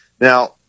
Now